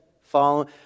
following